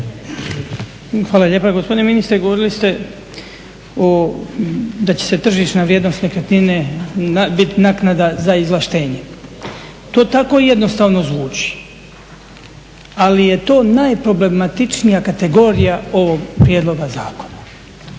Hvala lijepa. Gospodine ministre govorili ste da će se tržišna vrijednost nekretnine biti naknada za izvlaštenje. To tako jednostavno zvuči ali je to najproblematičnija kategorija ovog prijedloga zakona.